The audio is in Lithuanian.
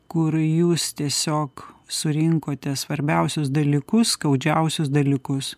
kur jūs tiesiog surinkote svarbiausius dalykus skaudžiausius dalykus